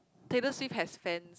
Taylor Swift has fan